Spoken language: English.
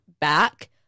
back